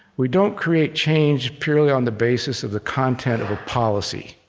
we don't create change purely on the basis of the content of a policy.